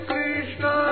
Krishna